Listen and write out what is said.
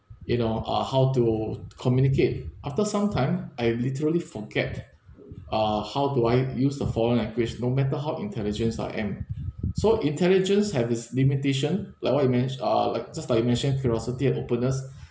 you know uh how to communicate after some time I literally forget uh how do I use the foreign language no matter how intelligence I am so intelligence have its limitation like what you men~ uh like just like you mention curiosity and openness